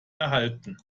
erhalten